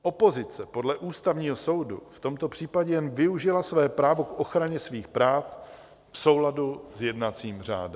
Opozice podle Ústavního soudu v tomto případě jen využila své právo k ochraně svých práv v souladu s jednacím řádem.